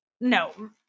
no